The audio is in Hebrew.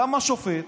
גם השופט,